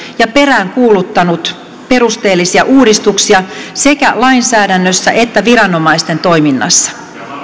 ja peräänkuuluttanut perusteellisia uudistuksia sekä lainsäädännössä että viranomaisten toiminnassa